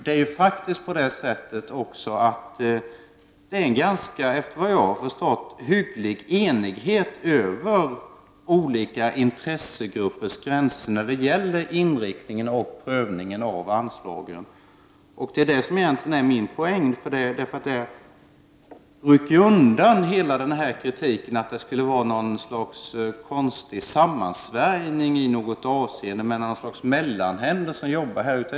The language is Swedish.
Efter vad jag har förstått, råder det en ganska hygglig enighet över olika intressegruppers gränser när det gäller inriktningen och prövningen av anslagen, och det är det som är min poäng. Det rycker undan hela den kritik som går ut på att det skulle vara ett slags konstig sammansvärjning, med mellanhänder som jobbar här.